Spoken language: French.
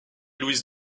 louise